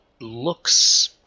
looks